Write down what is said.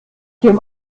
dem